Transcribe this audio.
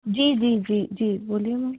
जी जी जी जी बोलिए मैम